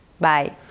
Bye